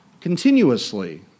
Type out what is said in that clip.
continuously